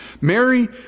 Mary